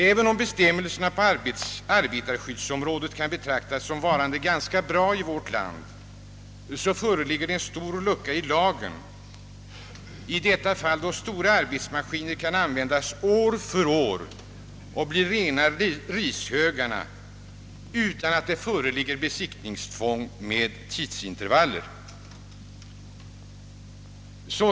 Även om bestämmelserna på arbetarskyddsområdet kan betraktas såsom varande ganska bra i vårt land, föreligger en lucka i lagen, då stora arbetsmaskiner kan användas år från år och bli rena rishögarna utan att det föreligger besiktningstvång med tidsintervaller.